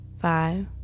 five